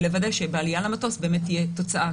לוודא שבעלייה למטוס באמת תהיה תוצאה,